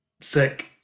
sick